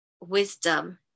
wisdom